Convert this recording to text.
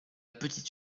petite